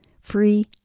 free